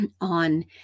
on